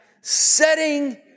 setting